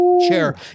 chair